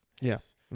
Yes